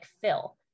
fill